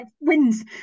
wins